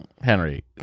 Henry